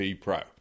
Pro